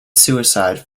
suicide